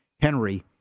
Henry